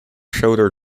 shoulder